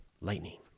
Lightning